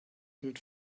wird